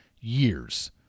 years